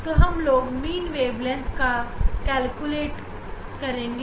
इसीलिए हम दोनों ऑर्डर से आई वेवलेंथ की औसत को निकालेंगे